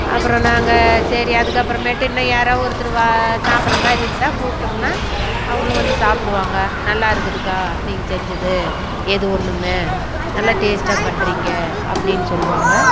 அப்புறம் நாங்கள் சரி அதுக்கப்புறமேட்டு இன்னும் யாரா ஒருத்தர் வா சாப்பிட்ற மாதிரி இருந்தால் கூப்பிட்டோம்னா அவங்களும் வந்து சாப்பிடுவாங்க நல்லா இருக்குதுக்கா நீங்கள் செஞ்சது எது ஒன்றுமே நல்லா டேஸ்டாக பண்றீங்க அப்படின்னு சொல்லுவாங்க